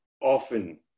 often